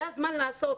זה הזמן לעשות.